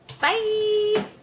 Bye